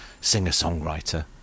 singer-songwriter